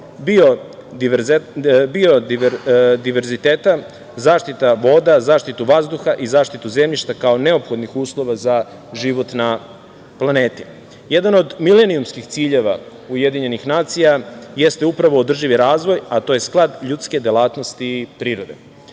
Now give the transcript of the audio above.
biodiverziteta, zaštita voda, zaštita vazduha i zaštitu zemljišta, kao neophodnih uslova za život na planeti. Jedan od milenijumskih ciljeva UN, jeste upravo održivi razvoj, a to je sklad ljudske delatnosti prirode.